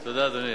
תודה, אדוני.